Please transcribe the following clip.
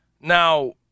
Now